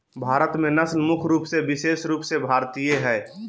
भारत में नस्ल मुख्य रूप से विशेष रूप से भारतीय हइ